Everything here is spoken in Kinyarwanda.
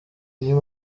uyu